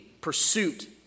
pursuit